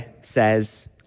says